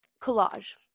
Collage